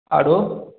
आरो